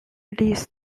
released